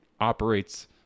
operates